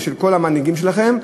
ושל כל המנהיגים שלכם.